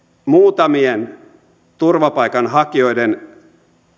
muutamien turvapaikanhakijoiden